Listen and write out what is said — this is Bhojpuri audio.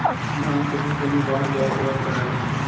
धान के फ़सल मे बाढ़ जाऐं के बाद का डाले के चाही?